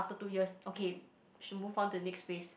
after two years okay should move on to next phase